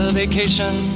vacation